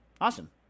awesome